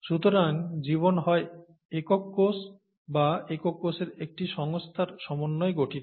সুতরাং জীবন হয় একক কোষ বা একক কোষের একটি সংস্থার সমন্বয়ে গঠিত